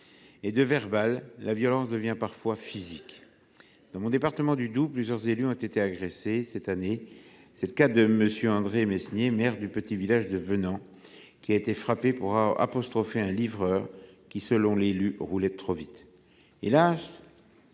et, de verbale, la violence devient parfois physique. Dans mon département du Doubs, plusieurs élus ont été agressés cette année. C’est le cas de M. André Mesnier, maire du petit village de Vennans, frappé pour avoir apostrophé un livreur qui, selon l’élu, roulait trop vite.